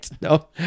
no